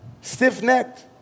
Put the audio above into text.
Stiff-necked